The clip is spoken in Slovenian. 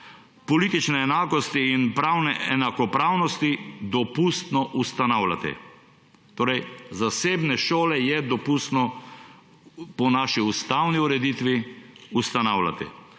politične enakosti in pravne enakopravnosti, dopustno ustanavljati.« Torej, zasebne šole je po naši ustavni ureditvi dopustno ustanavljati.